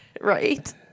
Right